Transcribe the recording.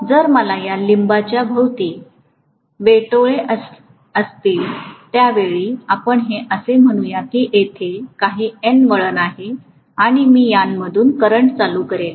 आणि जर मला या लिंबच्या भोवती वेटोळे असतील त्यावेळी आपण असे म्हणू या की तेथे काही N वळण आहेत आणि मी यामधून करंट चालू करेन